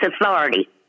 authority